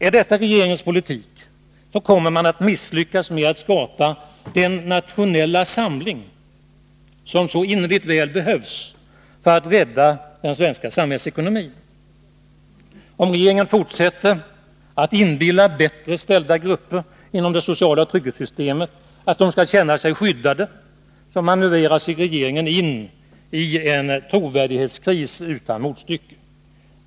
Är detta regeringens politik, så kommer man att misslyckas med att skapa den nationella samling som så innerligt väl behövs för att rädda den svenska samhällsekonomin. Om regeringen fortsätter att inbilla bättre ställda grupper inom det sociala trygghetssystemet att de skall känna sig skyddade, så manövrerar sig regeringen in i en trovärdighetskris utan motstycke.